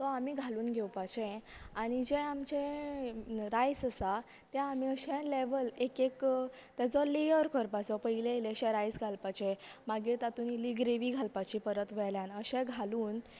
तो आमी घालून घेवपाचे आनी जे आमचे रायस आसा ते आमी अशे लेवल एक एक तेचो लेयर करपाचो पयले इल्लेशें रायस घालपाचें मागीर तातून इल्ली ग्रेवी घालपाची परत वेल्यान अशे घालून